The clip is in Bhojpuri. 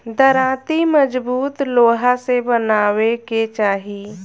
दराँती मजबूत लोहा से बनवावे के चाही